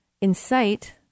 incite